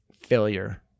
failure